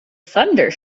thunder